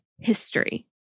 history